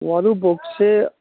ꯋꯥꯔꯨꯕꯣꯛꯁꯦ